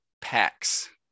packs